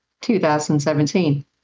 2017